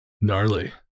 Gnarly